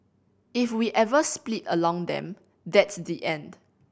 if we ever split along them that's the end